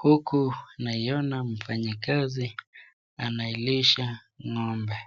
Huku naiona mfanyikazi anailisha ng'ombe